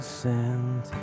sent